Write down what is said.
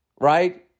right